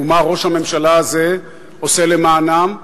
מה ראש הממשלה הזה עושה למענם,